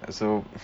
so